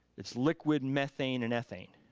it's liquid methane and ethane.